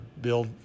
build